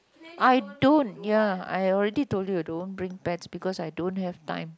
I don't ya I already told you don't bring pets because I don't have time